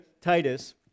Titus